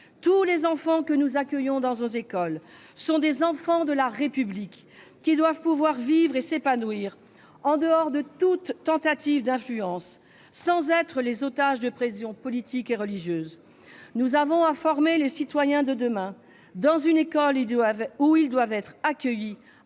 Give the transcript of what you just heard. Tous les enfants que nous accueillons dans nos écoles sont des enfants de la République, qui doivent pouvoir vivre et s'épanouir en dehors de toute tentative d'influence, sans être les otages de pressions politiques ou religieuses. Nous avons à former les citoyens de demain dans une école où ils doivent être accueillis